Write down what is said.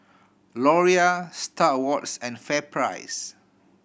Laurier Star Awards and FairPrice